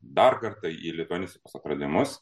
dar kartą į lituanistikos atradimus